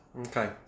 okay